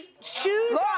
shoes